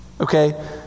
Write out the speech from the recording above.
okay